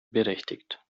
berechtigt